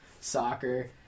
soccer